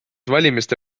valimiste